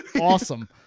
awesome